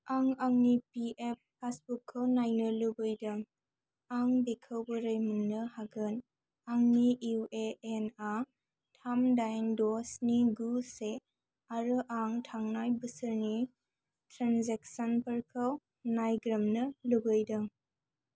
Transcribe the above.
आं आंनि पिएफ पासबुकखौ नायनो लुबैदों आं बेखौ बोरै मोन्नो हागोन आंनि इउएएनआ थाम दाइन द' स्नि गु से आरो आं थांनाय बोसोरनि ट्रेन्जेकसनफोरखौ नायग्रोमनो लुबैदों